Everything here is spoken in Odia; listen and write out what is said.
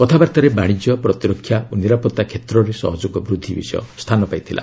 କଥାବାର୍ତ୍ତାରେ ବାଣିଜ୍ୟ ପ୍ରତିରକ୍ଷା ଓ ନିରାପତ୍ତା କ୍ଷେତ୍ରରେ ସହଯୋଗ ବୃଦ୍ଧି ବିଷୟ ସ୍ଥାନ ପାଇଥିଲା